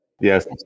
Yes